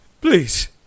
Please